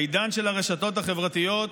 בעידן של הרשתות החברתיות,